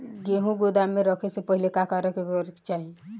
गेहु गोदाम मे रखे से पहिले का का करे के चाही?